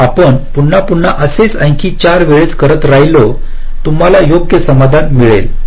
तर जर आपण पुन्हा पुन्हा असेच आणखी 4 वेळेस करत राहिलो तुम्हाला योग्य समाधान मिळेल